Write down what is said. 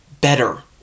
better